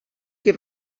que